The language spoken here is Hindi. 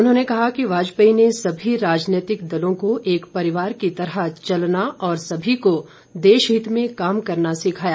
उन्होंने कहा कि वाजपेयी ने सभी राजनैतिक दलों को एक परिवार की तरह चलना और सभी को देशहित में काम करना सिखाया